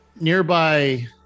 nearby